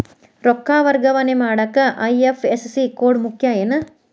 ರೊಕ್ಕ ವರ್ಗಾವಣೆ ಮಾಡಾಕ ಐ.ಎಫ್.ಎಸ್.ಸಿ ಕೋಡ್ ಮುಖ್ಯ ಏನ್